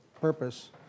purpose